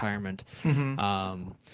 retirement